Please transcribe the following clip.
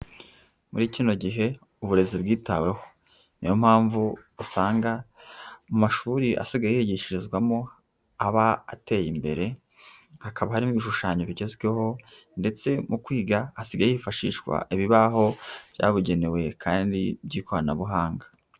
Muri kino gihe uburezi bwitaweho, niyo mpamvu usanga amashuri asigaye yigishirizwamo aba ateye imbere, hakaba harimo ibishushanyo bigezweho ndetse mu kwiga hasigaye hifashishwa ibibaho byabugenewe kandi by'ikoranabuhanga.